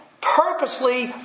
purposely